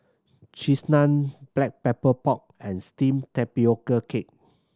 Cheese Naan Black Pepper Pork and steamed tapioca cake